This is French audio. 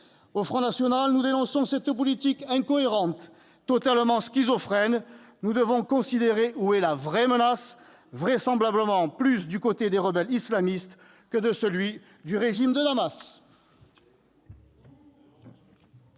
Au Front national, nous dénonçons cette politique incohérente, et même totalement schizophrène. Nous devons considérer où est la vraie menace : selon toute vraisemblance, elle est plus du côté des rebelles islamistes qu'au sein du régime de Damas